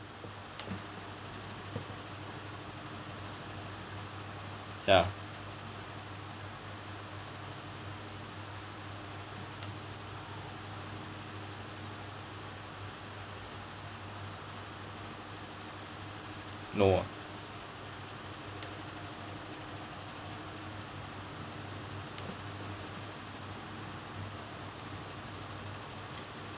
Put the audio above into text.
ya no ah